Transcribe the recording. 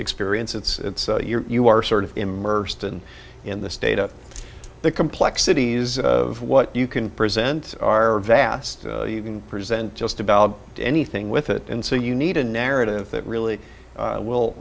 experience it's your you are sort of immersed and in the state of the complexities of what you can present are vast you can present just about anything with and so you need a narrative that really will